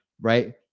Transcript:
right